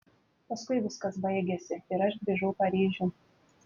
paskui viskas baigėsi ir aš grįžau paryžiun